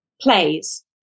plays